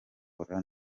agakora